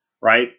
right